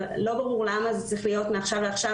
אבל לא ברור למה זה צריך להיות מעכשיו לעכשיו.